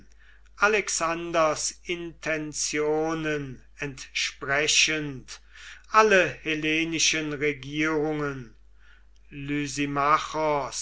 alexanders intentionen entsprechend alle hellenischen regierungen